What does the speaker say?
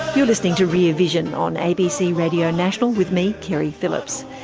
you're listening to rear vision on abc radio national, with me, keri phillips.